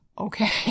Okay